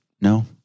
No